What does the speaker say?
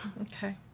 okay